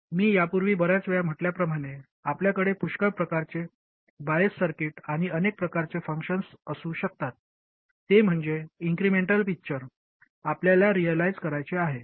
मी यापूर्वी बर्याच वेळा म्हटल्याप्रमाणे आपल्याकडे पुष्कळ प्रकारचे बायस सर्किट आणि अनेक प्रकारचे फंक्शन्स असू शकतात ते म्हणजे इन्क्रिमेंटल पिक्चर आपल्याला रिअलाईझ करायचे आहे